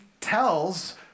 tells